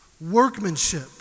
workmanship